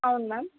అవును మ్యామ్